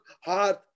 hard